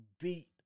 beat